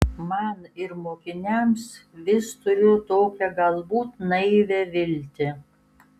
man ir mokiniams vis turiu tokią galbūt naivią viltį